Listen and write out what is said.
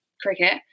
cricket